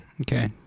Okay